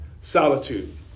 solitude